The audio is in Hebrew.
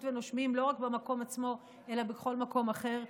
ונושמים לא רק במקום עצמו אלא בכל מקום אחר.